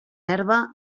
herba